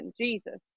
Jesus